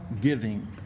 giving